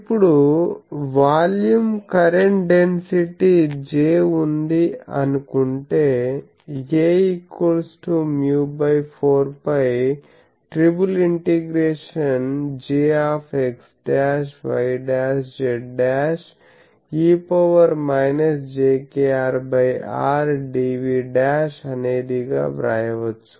ఇప్పుడు volume current density J ఉంది అను కుంటే A μ4π ∭Jx'y'z' e jkR R dv అనేది గా వ్రాయవచ్చు